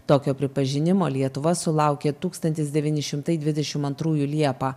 tokio pripažinimo lietuva sulaukė tūkstantis devyni šimtai dvidešimt antrųjų liepą